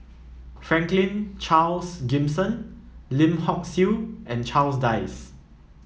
Franklin Charles Gimson Lim Hock Siew and Charles Dyce